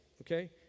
Okay